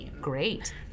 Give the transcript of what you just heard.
great